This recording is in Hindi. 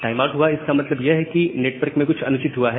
टाइम आउट हुआ इसका मतलब यह है कि नेटवर्क में कुछ अनुचित हुआ है